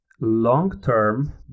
long-term